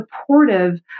supportive